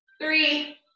three